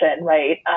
right